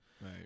Right